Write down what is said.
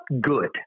good